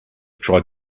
tried